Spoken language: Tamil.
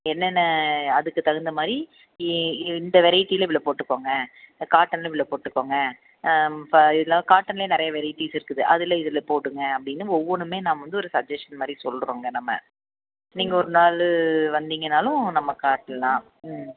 என்னென்ன அதுக்கு தகுத்த மாதிரி இ இந்த வெரைட்டியில் இவ்வளோ போட்டுக்கோங்க காட்டனில் இவ்வளோ போட்டுக்கோங்க காட்டனில் நிறைய வெரைட்டிஸ் இருக்குது அதில் இதில் போடுங்க அப்படின்னு ஒவ்வொன்றுமே நான் வந்து ஒரு சஜ்ஜஸ்ஷன் வந்து சொல்கிறோங்க நம்ம நீங்கள் ஒரு நாள் வந்திங்கன்னாலும் நம்ம காட்டலாம் ம்